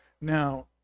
Now